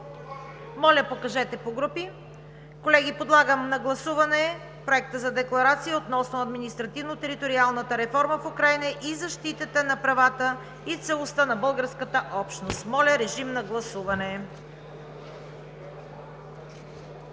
не е прието. Колеги, подлагам на гласуване Проекта за декларация относно административно-териториалнатна реформа в Украйна и защитата на правата и целостта на българската общност. Гласували